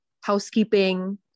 housekeeping